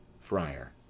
Friar